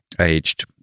aged